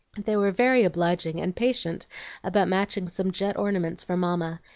they were very obliging and patient about matching some jet ornaments for mamma,